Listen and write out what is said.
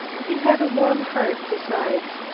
he had a warm heart besides,